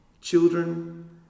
children